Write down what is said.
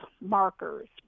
markers